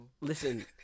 listen